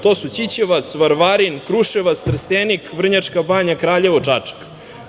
To su: Ćićevac, Varvarin, Kruševac, Trstenik, Vrnjačka Banja, Kraljevo, Čačak.